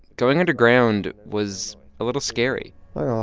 going underground was a little scary well,